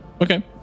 Okay